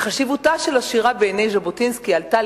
חשיבותה של השירה בעיני ז'בוטינסקי עלתה